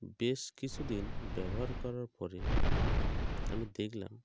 বেশ কিছু দিন ব্যবহার করার পরে আমি দেখলাম